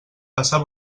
passar